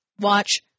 watch